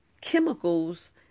chemicals